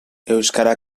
euskara